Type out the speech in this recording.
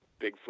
Bigfoot